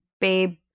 babe